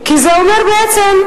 כי זה אומר בעצם,